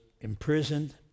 imprisoned